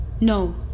No